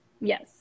Yes